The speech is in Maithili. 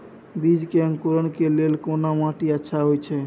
बीज के अंकुरण के लेल कोन माटी अच्छा होय छै?